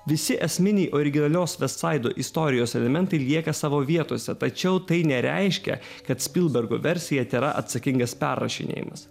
visi esminiai originalios vestsaido istorijos elementai lieka savo vietose tačiau tai nereiškia kad spilbergo versija tėra atsakingas perrašinėjimas